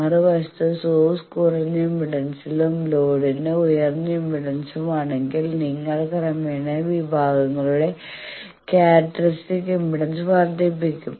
മറുവശത്ത് സോഴ്സ്ന് കുറഞ്ഞ ഇംപെഡൻസും ലോഡിന് ഉയർന്ന ഇംപെഡൻസും ആണെങ്കിൽ നിങ്ങൾ ക്രമേണ വിഭാഗങ്ങളുടെ ക്യാരക്റ്ററിസ്റ്റിക് ഇംപെഡൻസ് വർദ്ധിപ്പിക്കും